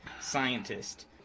scientist